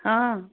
हॅं